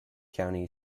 county